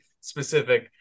specific